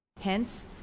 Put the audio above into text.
Hence